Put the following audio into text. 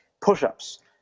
push-ups